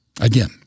Again